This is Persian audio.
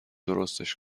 درستش